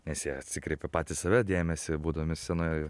nes jie atsikreipia patys į save dėmesį būdami scenoje